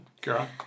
girl